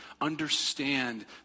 understand